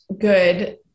good